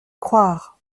croire